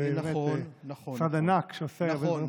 ובאמת משרד ענק שעושה עבודה חשובה.